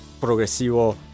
progresivo